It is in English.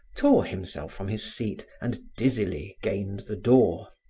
tore himself from his seat and dizzily gained the door.